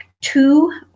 two